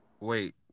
Wait